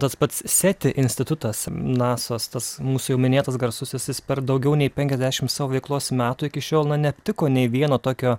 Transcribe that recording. tas pats seti institutas nasos tas mūsų jau minėtas garsusis jis per daugiau nei penkiasdešimt savo veiklos metų iki šiol na neaptiko nei vieno tokio